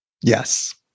Yes